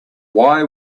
why